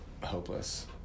Hopeless